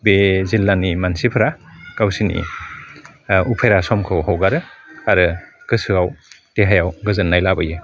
बे जिल्लानि मानसिफोरा गावसिनि उफेरा समखौ हगारो आरो गोसोआव देहायाव गोजोननाय लाबोयो